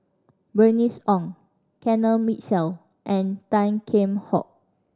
Bernice Ong Kenneth Mitchell and Tan Kheam Hock